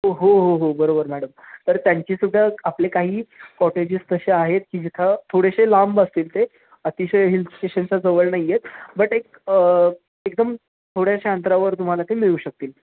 हो हो हो बरोबर मॅडम तर त्यांची सुद्धा आपले काही कॉटेजेस तसे आहेत की जिथं थोडेसे लांब असतील ते अतिशय हिल स्टेशनचा जवळ नाही आहेत बट एक एकदम थोड्याशा अंतरावर तुम्हाला ते मिळू शकतील